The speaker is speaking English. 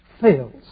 fails